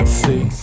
see